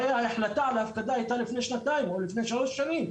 הרי ההחלטה על ההפקדה הייתה לפני שנתיים או לפני שלוש שנים.